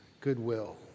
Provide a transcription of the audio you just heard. goodwill